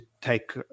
take